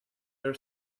your